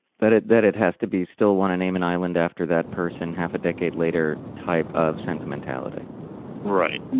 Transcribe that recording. that it that it has to be still want to name an island after that person half a decade later type of sentimentality right